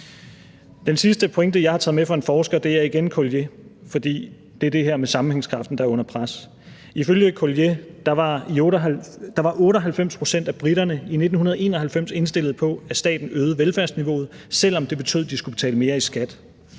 Den sidste pointe, jeg har taget med fra en forsker, er igen Collier, for det er det her med sammenhængskraften, der er under pres. Ifølge Collier var 98 pct. af briterne i 1991 indstillet på, at staten øgede velfærdsniveauet, selv om det betød, at de skulle betale mere i skat.